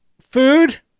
food